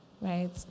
right